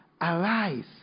Arise